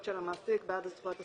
של המעסיק בעד הזכויות הסוציאליות,